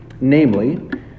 namely